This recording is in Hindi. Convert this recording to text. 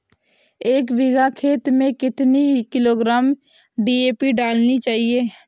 एक बीघा खेत में कितनी किलोग्राम डी.ए.पी डालनी चाहिए?